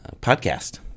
podcast